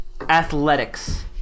athletics